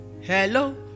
Hello